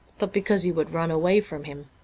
but because you would run away from him